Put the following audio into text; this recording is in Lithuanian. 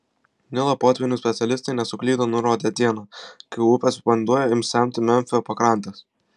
nilo potvynių specialistai nesuklydo nurodę dieną kai upės vanduo ims semti memfio pakrantes